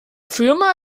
firma